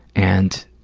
and